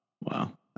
wow